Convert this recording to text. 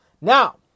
Now